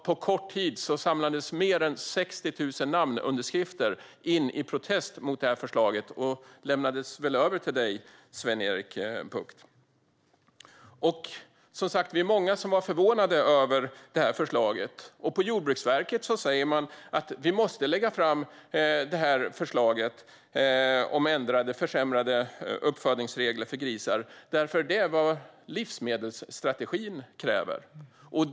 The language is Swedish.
På kort tid har mer än 60 000 namnunderskrifter samlats in i protest mot förslaget och har lämnats över till dig, Sven-Erik Bucht. Vi var som sagt många som blev förvånade över förslaget. På Jordbruksverket säger man att förslaget om försämrade uppfödningsregler för grisar måste läggas fram för det är vad livsmedelsstrategin kräver.